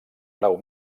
grau